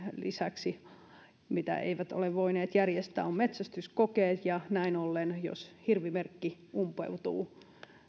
lisäksi ole voineet järjestää on metsästyskokeet näin ollen jos hirvimerkki umpeutuu